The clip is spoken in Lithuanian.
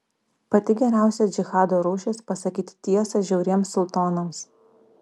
pati geriausia džihado rūšis pasakyti tiesą žiauriems sultonams